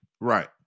Right